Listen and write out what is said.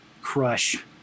Crush